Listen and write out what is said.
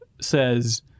says